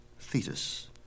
Thetis